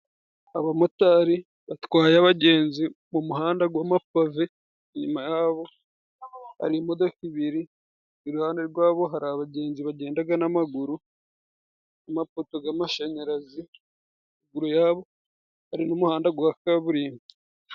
Abamotari batwaye abagenzi mu muhanda w' amapave, inyuma yabo hari imodoka ibiri, iruhande rwabo hari abagenzi bagenda n' amaguru n' amapoto y' amashanyarazi, ruguru yabo hari n' umuhanda wa kaburimbo.